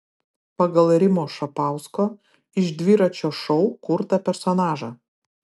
pagal rimo šapausko iš dviračio šou kurtą personažą